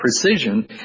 precision